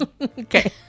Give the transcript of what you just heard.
Okay